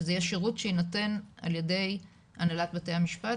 שזה יהיה שירות שינתן על ידי הנהלת בתי המשפט